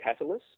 Catalysts